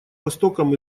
востоком